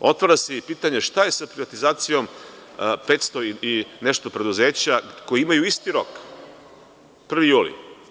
Otvara se i pitanje šta je sa privatizacijom 500 i nešto preduzeća koja imaju isti rok, 1. jul?